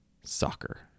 soccer